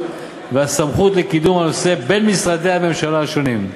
והסמכות לקידום הנושא בין משרדי הממשלה השונים.